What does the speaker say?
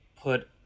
put